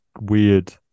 weird